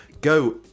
go